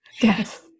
Yes